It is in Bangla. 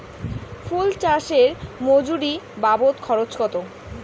ফুল চাষে মজুরি বাবদ খরচ কত?